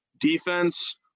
Defense